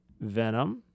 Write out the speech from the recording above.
Venom